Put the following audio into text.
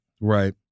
right